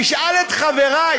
תשאל את חברי,